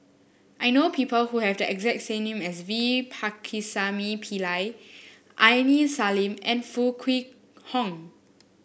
I know people who have the exact name as V Pakirisamy Pillai Aini Salim and Foo Kwee Horng